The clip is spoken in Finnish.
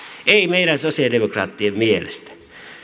ei meidän sosialidemokraattien mielestä